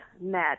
met